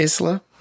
isla